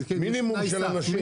מינימום של אנשים.